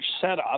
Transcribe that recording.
setup